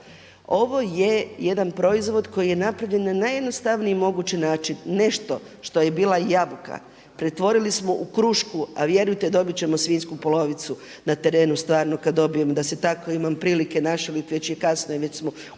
Ovo je jedan proizvod koji je napravljen na jednostavniji mogući način. Nešto što je bila jabuka pretvorili smo u krušku, a vjerujte dobit ćemo svinjsku polovicu na terenu stvarno kad dobijem da se tako imam prilike našaliti, već je kasno i već smo umorni